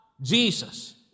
Jesus